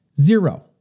zero